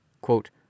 quote